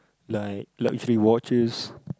like luxury watches